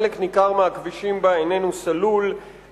חלק ניכר מהכבישים בה איננו סלול,